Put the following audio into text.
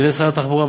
על-ידי שר התחבורה,